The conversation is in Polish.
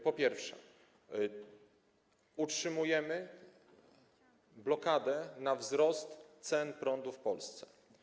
Po pierwsze, utrzymujemy blokadę wzrostu cen prądu w Polsce.